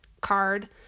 card